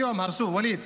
היום הרסו, ואליד,